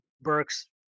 burks